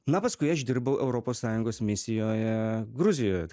na paskui aš dirbau europos sąjungos misijoje gruzijoje